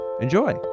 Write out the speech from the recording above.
Enjoy